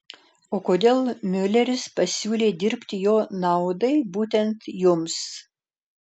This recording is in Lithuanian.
o kodėl miuleris pasiūlė dirbti jo naudai būtent jums